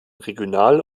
regional